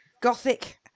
gothic